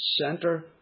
center